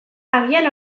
agian